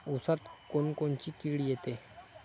ऊसात कोनकोनची किड येते?